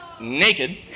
naked